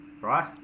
right